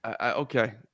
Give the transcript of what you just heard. Okay